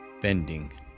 bending